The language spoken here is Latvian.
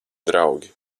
draugi